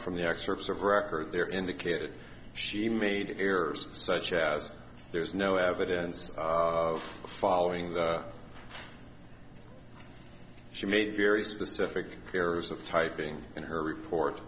from the excerpts of record there indicated she made errors such as there's no evidence of following that she made very specific areas of typing in her report